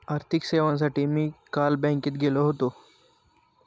आर्थिक सेवांसाठी मी काल बँकेत गेलो होतो